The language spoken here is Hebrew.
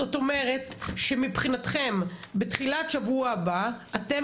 זאת אומרת שמבחינתכם בתחילת שבוע הבא אתם